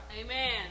Amen